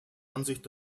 ansicht